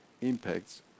impacts